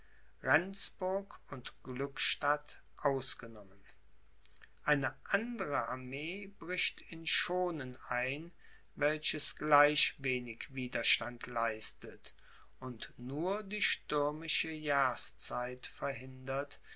und glückstadt ausgenommen eine andere armee bricht in schonen ein welches gleich wenig widerstand leistet und nur die stürmische jahrszeit verhindert